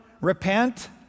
repent